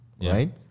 right